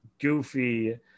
goofy